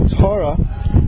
Torah